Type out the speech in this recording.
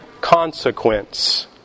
consequence